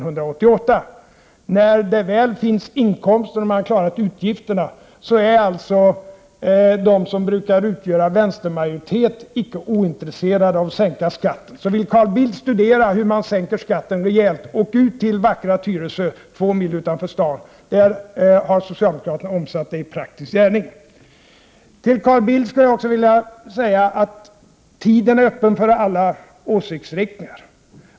När det väl finns inkomster och man har klarat utgifterna är alltså de som brukar utgöra vänstermajoritet inte ointresserade av att sänka skatten. Vill Carl Bildt studera hur man sänker skatten rejält — åk ut till det vackra Tyresö två mil utanför Stockholm. Där har socialdemokraterna omsatt talet om skattesänkning i praktisk gärning. Jag vill också säga till Carl Bildt att tiden är öppen för alla åsiktsriktningar.